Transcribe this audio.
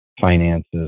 finances